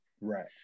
right